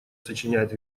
сочиняет